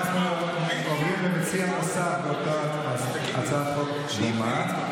אנחנו עוברים למציע נוסף בהצעת חוק דומה,